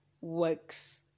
works